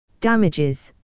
Damages